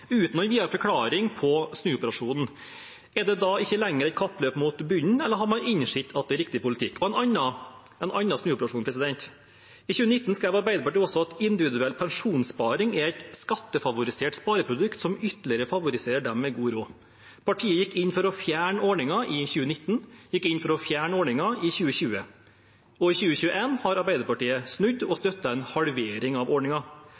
uten noen videre forklaring på snuoperasjonen. Er det da ikke lenger et kappløp mot bunnen, eller har man innsett at det er riktig politikk? En annen snuoperasjon: I 2019 skrev Arbeiderpartiet også at individuell pensjonssparing er et skattefavorisert spareprodukt som ytterligere favoriserer dem med god råd. Partiet gikk inn for å fjerne ordningen i 2019 og i 2020. For 2021 har Arbeiderpartiet snudd og støtter en halvering av